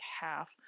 half